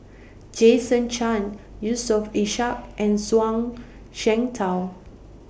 Jason Chan Yusof Ishak and Zhuang Shengtao